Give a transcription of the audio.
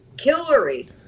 Hillary